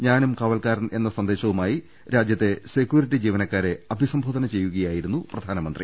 ഞാനും കാവൽക്കാരൻ എന്ന സന്ദേശവുമായി രാജ്യത്തെ സെക്യൂരിറ്റി ജീവനക്കാരെ അഭിസംബോധന ചെയ്യുകയായി രുന്നു പ്രധാനമന്ത്രി